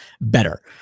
better